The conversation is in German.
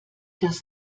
das